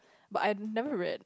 but I never read